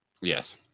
Yes